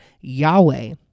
Yahweh